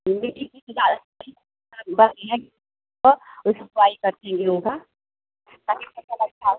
बस करके ही होगा ताकि फसल अच्छा हो